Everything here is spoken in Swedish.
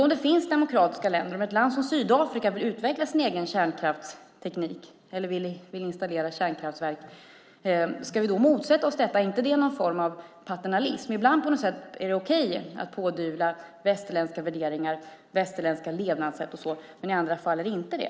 Om ett demokratiskt land som Sydafrika vill producera kärnkraft, ska vi då motsätta oss det? Är det inte en form av paternalism? Ibland är det på något sätt okej att pådyvla andra länder västerländska värderingar och levnadssätt, men i andra fall är det inte det.